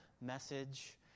message